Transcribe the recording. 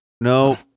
no